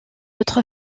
autre